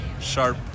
Sharp